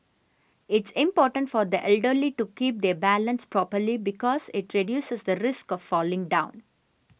it's important for the elderly to keep their balance properly because it reduces the risk of falling down